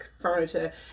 furniture